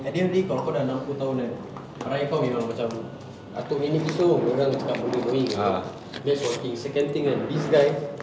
at the end of the day kalau kau dah enam puluh tahun kan life kau memang macam atuk nenek kita pun dorang cakap benda annoying [pe] that's one thing second thing kan this guy